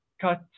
cut